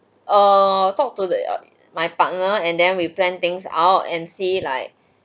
err talk to the the my partner and then we plan things out and see like